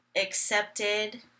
accepted